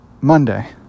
Monday